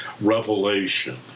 revelation